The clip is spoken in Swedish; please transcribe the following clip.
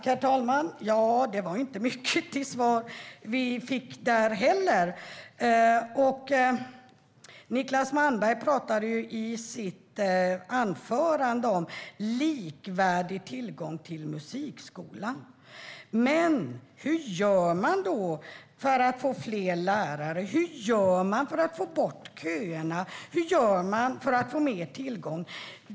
Herr talman! Det var inte mycket till svar. Niclas Malmberg pratade i sitt anförande om likvärdig tillgång till musikskolan. Men hur gör man för att få fler lärare? Hur gör man för att få bort köerna? Hur gör man för att få mer tillgång?